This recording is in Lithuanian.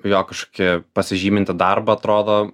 jo kažkokį pasižymintį darbą atrodo